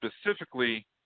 specifically